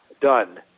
done